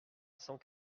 cent